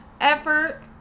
effort